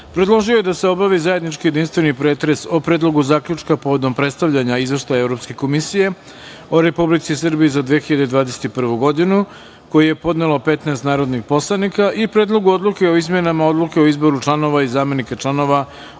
predložio je da se obavi zajednički jedinstveni pretres o: Predlogu zaključka povodom predstavljanja Izveštaja Evropske komisije o Republici Srbiji za 2021. godinu, koji je podnelo 15 narodnih poslanika i Predlogu odluke o izmenama Odluke o izboru članova i zamenika članova